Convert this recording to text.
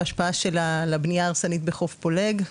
וההשפעה שלה לבנייה ההרסנית בחוף פולג,